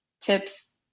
tips